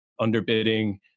underbidding